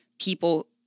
people